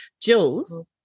Jules